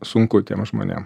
sunku tiem žmonėm